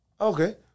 Okay